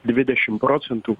dvidešim procentų